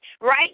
right